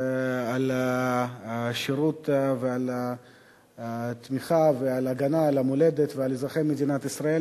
על השירות ועל התמיכה ועל ההגנה על המולדת ועל אזרחי מדינת ישראל.